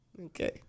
Okay